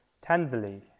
tenderly